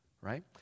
right